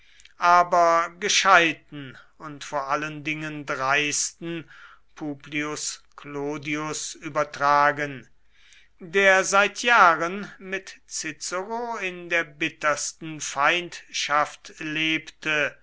aber gescheiten und vor allen dingen dreisten publius clodius übertragen der seit jahren mit cicero in der bittersten feindschaft lebte